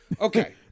Okay